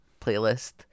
playlist